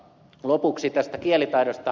lopuksi tästä kielitaidosta